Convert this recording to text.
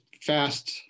fast